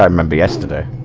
um mm and but yesterday